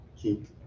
keep